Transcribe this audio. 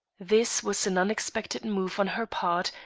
this was an unexpected move on her part,